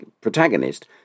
protagonist